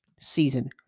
season